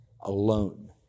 alone